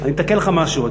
אני אתקן לך משהו.